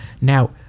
Now